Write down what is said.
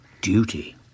duty